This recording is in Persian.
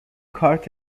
کارت